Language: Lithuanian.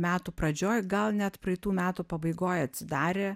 metų pradžioj gal net praeitų metų pabaigoje atsidarė